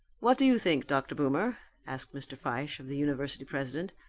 what do you think, dr. boomer? asked mr. fyshe of the university president,